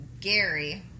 Gary